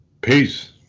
Peace